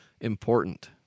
important